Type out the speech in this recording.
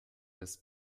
das